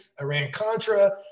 Iran-Contra